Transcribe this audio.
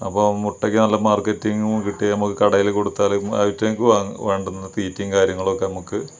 അപ്പോൾ മുട്ടക്ക് നല്ല മാർക്കറ്റിങ്ങും കിട്ടിയാൽ നമുക്ക് കടയിൽ കൊടുത്താൽ അയിറ്റിങ്ങൾക്ക് വേണ്ടുന്ന തീറ്റയും കാര്യങ്ങളൊക്കെ നമുക്ക്